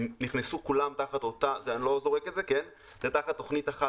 הם נכנסו כולם תחת אותה תוכנית אחת,